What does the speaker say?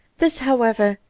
this, however,